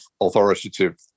authoritative